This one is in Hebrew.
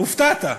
הופתעת.